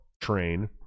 train